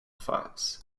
files